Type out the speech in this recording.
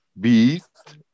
Beast